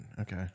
Okay